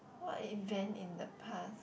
what event in the past